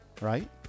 right